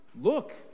look